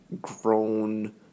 grown